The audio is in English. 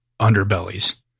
underbellies